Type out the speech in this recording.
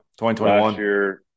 2021